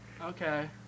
Okay